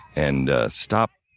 and stop